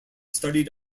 studied